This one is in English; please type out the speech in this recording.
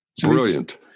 Brilliant